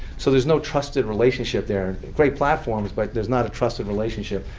so there's no trusted relationship there. great platforms, but there's not a trusted relationship,